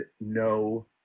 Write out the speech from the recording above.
no